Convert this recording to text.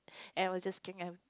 and I was just carrying